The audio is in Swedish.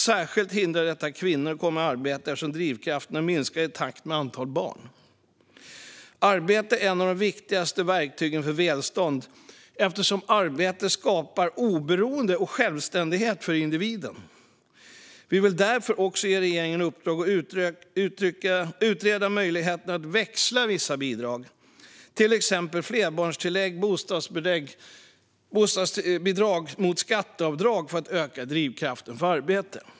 Särskilt hindrar detta kvinnor från att komma i arbete eftersom drivkrafterna minskar i takt med antalet barn. Arbete är ett av de viktigaste verktygen för välstånd eftersom arbete skapar oberoende och självständighet för individen. Vi vill därför också ge regeringen i uppdrag att utreda möjligheterna att växla vissa bidrag, till exempel flerbarnstillägg och bostadsbidrag, mot skatteavdrag för att öka drivkraften för arbete.